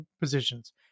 positions